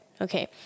okay